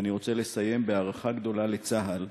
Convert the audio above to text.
ואני רוצה לסיים בהערכה גדולה לצה"ל,